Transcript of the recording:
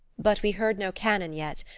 but we heard no cannon yet,